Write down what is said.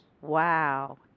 Wow